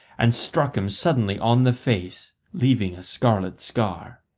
and struck him suddenly on the face, leaving a scarlet scar.